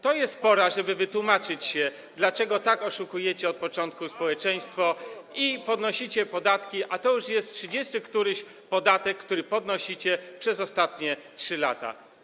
To jest pora, żeby wytłumaczyć się, dlaczego tak od początku oszukujecie społeczeństwo i podnosicie podatki, a to już jest trzydziesty któryś podatek, który podnosicie przez ostatnie 3 lata.